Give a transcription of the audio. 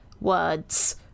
words